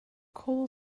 coal